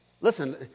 Listen